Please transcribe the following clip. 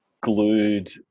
glued